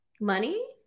money